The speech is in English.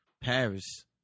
Paris